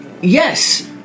yes